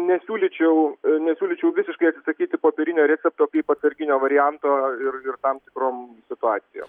nesiūlyčiau nesiūlyčiau visiškai atsisakyti popierinio recepto kaip atsarginio varianto ir ir tam tikrom situacijom